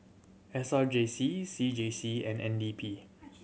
S R J C C J C and N D P